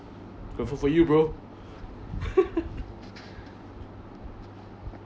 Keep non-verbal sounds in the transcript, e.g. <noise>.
grateful for you bro <laughs>